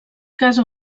casa